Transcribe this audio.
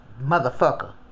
motherfucker